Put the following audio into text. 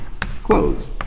clothes